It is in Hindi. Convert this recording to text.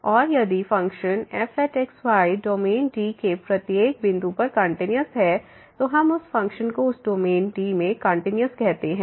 और यदि function fx y domain D के प्रत्येक बिंदु पर कंटिन्यूस है तो हम उस फ़ंक्शन को उस डोमेन D में कंटिन्यूस कहते हैं